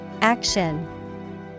Action